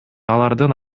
алардын